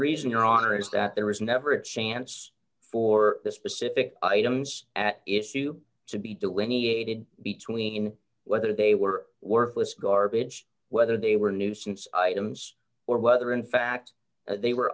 reason your honor is that there was never a chance for the specific items at issue to be delineated between whether they were worthless garbage whether they were nuisance items or whether in fact they were